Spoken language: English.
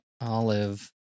Olive